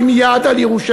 ולא נרים יד על ירושלים,